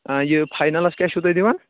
آ یہِ فاینَلَس کیٛاہ چھُو تُہۍ دِوان